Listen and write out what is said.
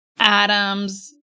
Adams